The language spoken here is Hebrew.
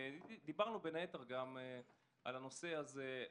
דיברנו בין היתר גם על הנושא הזה.